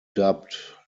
dubbed